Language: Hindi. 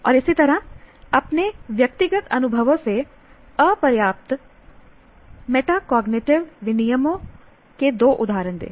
और इसी तरह अपने व्यक्तिगत अनुभवों से अपर्याप्त मेटाकॉग्नेटिव विनियमन के दो उदाहरण दें